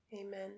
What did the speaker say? Amen